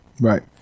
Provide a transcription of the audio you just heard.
Right